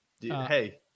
Hey